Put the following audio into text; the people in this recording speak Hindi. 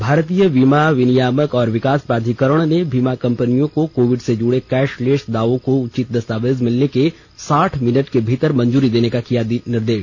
और भारतीय बीमा विनियामक और विकास प्राधिकरण ने बीमा कंपनियों को कोविड से जुड़े कैशलेस दावों को उचित दस्तावेज मिलने के साठ मिनट के भीतर मंजूरी देने का दिया निर्देश